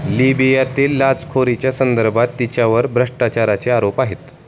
लिबियातील लाचखोरीच्या संदर्भात तिच्यावर भ्रष्टाचाराचे आरोप आहेत